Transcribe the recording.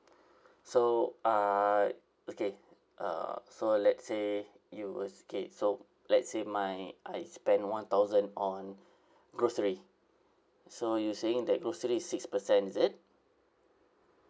so uh okay uh so let's say you were s~ K so let's say my I spend one thousand on grocery so you saying that grocery is six percent is it